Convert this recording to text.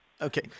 Okay